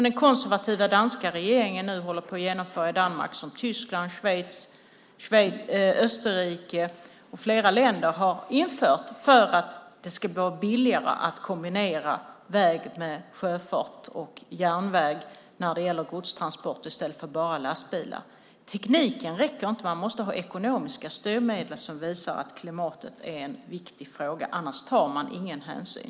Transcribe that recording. Den konservativa danska regeringen håller nu på att genomföra det i Danmark, och Tyskland, Schweiz, Österrike och flera andra länder har infört det för att det ska vara billigare att kombinera väg med sjöfart och järnväg för godstransporter i stället för att bara använda lastbilar. Tekniken räcker inte. Man måste ha ekonomiska styrmedel som visar att klimatet är en viktig fråga. Annars tar man ingen hänsyn.